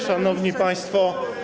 Szanowni Państwo!